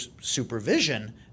supervision